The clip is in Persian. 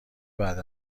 بعد